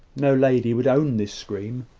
no lady would own this scream.